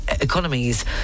economies